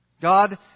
God